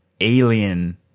alien